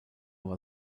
war